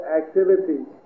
activities